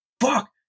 fuck